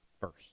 first